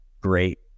great